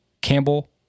Campbell